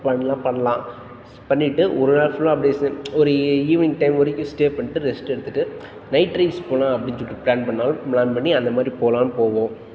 பண்ணலாம் பண்ணலாம் ஸ் பண்ணிவிட்டு ஒரு நாள் ஃபுல்லாக அப்படியே ஒரு ஈ ஈவினிங் டைம் வரைக்கும் ஸ்டே பண்ணிட்டு ரெஸ்ட் எடுத்துட்டு நைட் ட்ரைவ்ஸ் போகலாம் அப்படின்னு சொல்லிட்டு ப்ளான் பண்ணாலும் ப்ளான் பண்ணி அந்த மாதிரி போனாலும் போவோம்